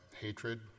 hatred